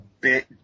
bit